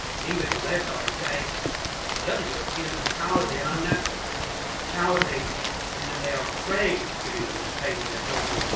the english on their side say the other europeans are cowardly and unnatural cowardly in that they are afraid of giving a little pain to their children,